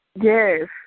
Yes